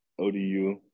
ODU